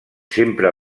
sempre